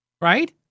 Right